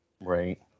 Right